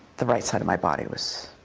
the right side of my body was